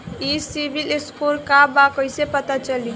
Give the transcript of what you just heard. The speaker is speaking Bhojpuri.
ई सिविल स्कोर का बा कइसे पता चली?